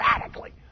radically